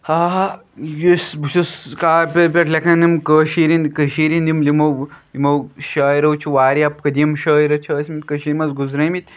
ہاں ہاں یُس بہٕ چھُس کاپیَن پٮ۪ٹھ لیٚکھان یِم کٲشِرِن کٔشیٖرِ ہِنٛدۍ یِم یِمو یِمو شٲعرو چھِ واریاہ قدیٖم شٲعرٕ چھِ ٲسمٕتۍ کٔشیٖرِ منٛز گُزریمٕتۍ